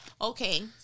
Okay